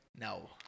No